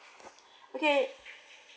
okay